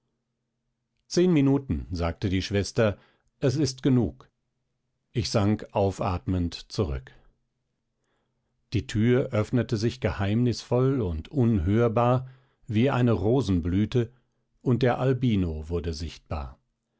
zehn minuten sagte die schwester es ist genug ich sank aufatmend zurück die tür öffnete sich geheimnisvoll und unhörbar wie eine rosenblüte und der albino wurde sichtbar